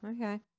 okay